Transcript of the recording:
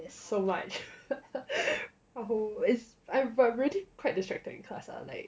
yes so much but I'm really quite distracted in class lah like